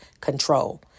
control